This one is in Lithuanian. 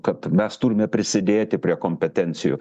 kad mes turime prisidėti prie kompetencijų